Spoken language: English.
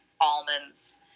almonds